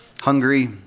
hungry